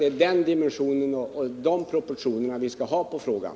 Det är ur den aspekten vi skall se på frågan.